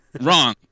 wrong